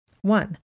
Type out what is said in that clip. One